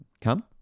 come